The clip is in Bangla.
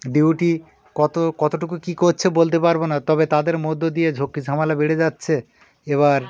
ডিউটি কত কতটুকু কী করছে বলতে পারব না তবে তাদের মধ্য দিয়ে ঝক্কি ঝামেলা বেড়ে যাচ্ছে এ বার